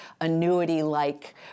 annuity-like